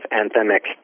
anthemic